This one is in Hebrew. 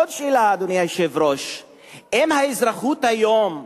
עוד שאלה, אדוני היושב-ראש, אם האזרחות היום,